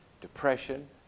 depression